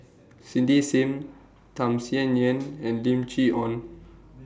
Cindy SIM Tham Sien Yen and Lim Chee Onn